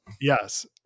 Yes